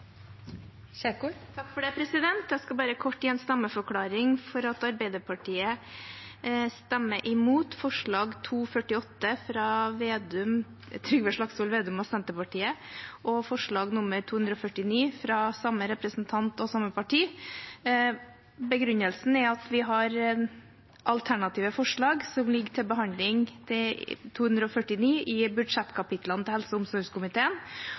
Jeg skal gi en kort stemmeforklaring: Arbeiderpartiet stemmer mot forslag nr. 248, fra Trygve Slagsvold Vedum og Senterpartiet, og forslag nr. 249, fra samme representant og samme parti. Begrunnelsen er at vi har alternative forslag som ligger til behandling – når det gjelder forslag nr. 248, i budsjettkapitlene til helse- og omsorgskomiteen,